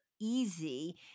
easy